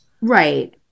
Right